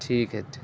ٹھیک ہے